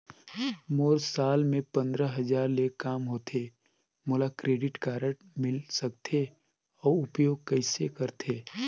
मोर साल मे पंद्रह हजार ले काम होथे मोला क्रेडिट कारड मिल सकथे? अउ उपयोग कइसे करथे?